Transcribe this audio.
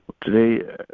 today